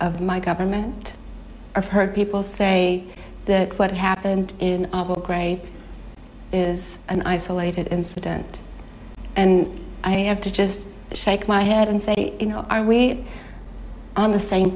of my government or her people say that what happened in gray is an isolated incident and i have to just shake my head and say you know are we on the same